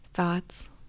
Thoughts